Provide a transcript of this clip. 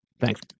Thanks